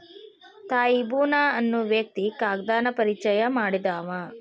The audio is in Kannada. ತ್ಸಾಯಿ ಬುನಾ ಅನ್ನು ವ್ಯಕ್ತಿ ಕಾಗದಾನ ಪರಿಚಯಾ ಮಾಡಿದಾವ